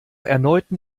erneuten